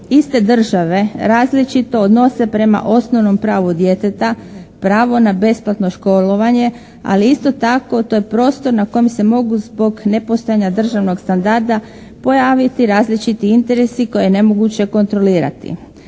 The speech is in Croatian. iste države različito odnose prema osnovnom pravu djeteta, pravo na besplatno školovanje, ali isto tako to je prostor na kojem se mogu zbog nepostojanja državnog standarda pojaviti različiti interesi koje je nemoguće kontrolirati.